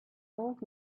old